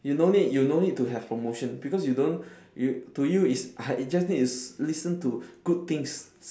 you no need you no need to have promotion because you don't you to you is uh you just need to s~ listen to good things